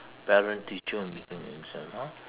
parent teacher meeting is a !huh!